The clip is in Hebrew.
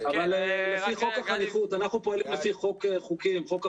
אנחנו פועלים לפי חוק החניכות,